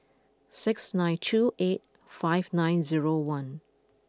six nine two eight five nine zero one